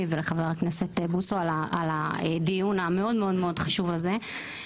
ולחבר הכנסת בוסו על הדיון המאוד מאוד חשוב הזה.